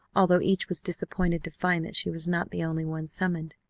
although each was disappointed to find that she was not the only one summoned.